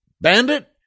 Bandit